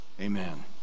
Amen